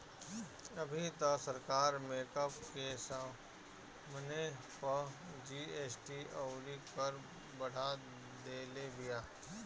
अबही तअ सरकार मेकअप के समाने पअ जी.एस.टी अउरी कर बढ़ा देले बिया